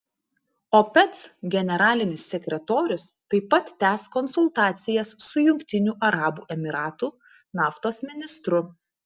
opec generalinis sekretorius taip pat tęs konsultacijas su jungtinių arabų emyratų naftos ministru